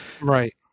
Right